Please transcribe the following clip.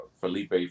Felipe